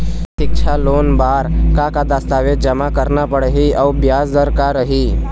सिक्छा लोन बार का का दस्तावेज जमा करना पढ़ही अउ ब्याज दर का रही?